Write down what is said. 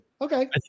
Okay